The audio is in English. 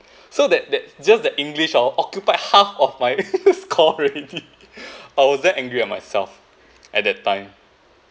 so that that just the english ah occupied half of my score already I was that angry and myself at that time